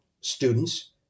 students